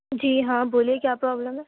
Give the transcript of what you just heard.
جی ہاں بولیے کیا پرابلم ہے